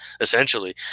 essentially